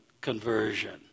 conversion